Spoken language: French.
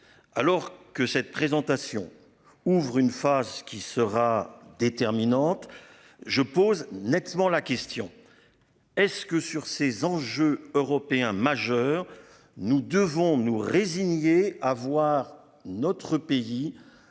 Alors que cette présentation ouvre une phase qui sera déterminante. Je pose nettement la question. Est-ce que, sur ces enjeux européens majeurs. Nous devons nous résigner à voir notre pays